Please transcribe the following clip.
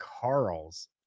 Carl's